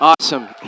Awesome